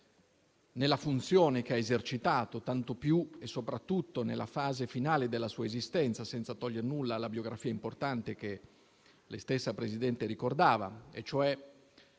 nella funzione che ha esercitato tanto più e soprattutto nella fase finale della sua esistenza, senza togliere nulla alla biografia importante che lei stessa, Presidente, ricordava e cioè